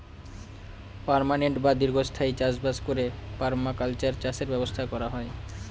permanent বা দীর্ঘস্থায়ী চাষ বাস করে পারমাকালচার চাষের ব্যবস্থা করা হয়